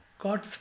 God's